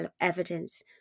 evidence